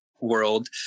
world